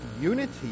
unity